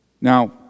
Now